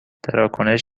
تراکنش